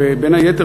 בין היתר,